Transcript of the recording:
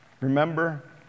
Remember